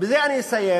ובזה אני אסיים,